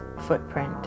Footprint